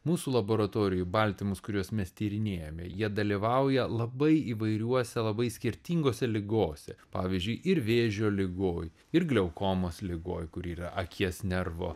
mūsų laboratorijoj baltymus kuriuos mes tyrinėjame jie dalyvauja labai įvairiuose labai skirtingose ligose pavyzdžiui ir vėžio ligoj ir glaukomos ligoj kuri yra akies nervo